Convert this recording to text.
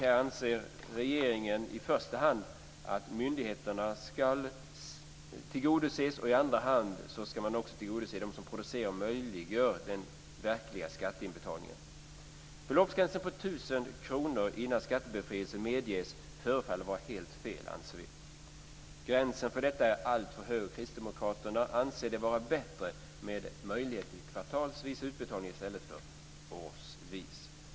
Här anser regeringen att myndigheterna ska tillgodoses i första hand och i andra hand att de som producerar och möjliggör den verkliga skatteinbetalningen ska tillgodoses. Beloppsgränsen på 1 000 kr innan skattebefrielse medges förefaller vara helt fel. Gränsen är alltför hög. Kristdemokraterna anser det vara bättre med möjlighet till kvartalsvis utbetalning i stället för årsvis.